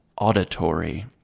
auditory